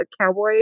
cowboy